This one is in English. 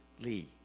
Lee